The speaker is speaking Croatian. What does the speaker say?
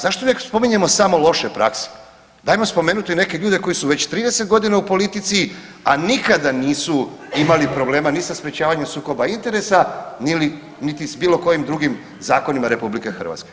Zašto uvijek spominjemo samo loše prakse, dajmo spomenuti neke ljude koji su već 30 godina u politici, a nikada nisu imali problema ni sa sprječavanjem sukoba interesa niti s bilo kojim drugim zakonima RH.